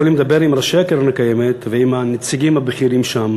והם יכולים לדבר עם ראשי הקרן הקיימת ועם הנציגים הבכירים שם